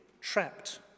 trapped